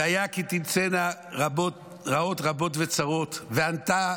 והיה כי תמצאנה רעות רבות וצרות, וענתה